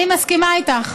אני מסכימה איתך.